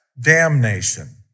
damnation